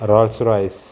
Rawls Royce